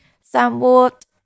somewhat